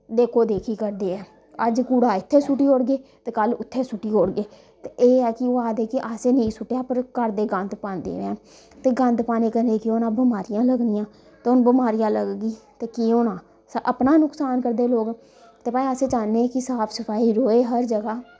देखो देखी करदे ऐं अज्ज कूड़ा इत्थें सुट्टी ओड़गे ते कल उत्थै सुट्टी ओड़गे ते एह् ऐ कि ओह् आखदे कि असें नेंई सुट्टेआ पर करदे गंद पांदे हैन ते गंद पाने कन्नै केह् होना बमारियां गै लग्गनियां ते हून बमारियां लग्गी ते केह् होना अपना गै नुक्सान करदे लोक ते भाई अस चाह्न्ने की साफ सफाई रवै हर जगह